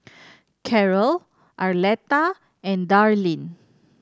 Karol Arletta and Darlene